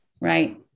right